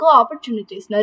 opportunities